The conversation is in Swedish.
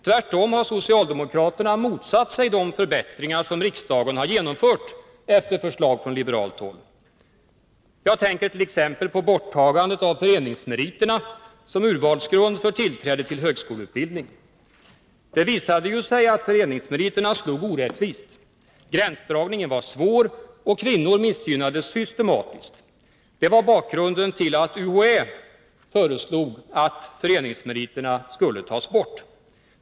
Tvärtom har socialdemokraterna motsatt sig de förbättringar som riksdagen har genomfört efter förslag från liberalt håll. Jag tänker t.ex. på borttagandet av föreningsmeriterna som urvalsgrund för tillträde till högskoleutbildning. Det visade sig ju att föreningsmeriterna slog orättvist. Gränsdragningen var svår, och kvinnor missgynnades systematiskt. Det var bakgrunden till att UHÄ föreslog att föreningsmeriterna skulle tas bort.